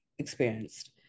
experienced